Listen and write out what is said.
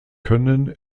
können